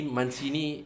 Mancini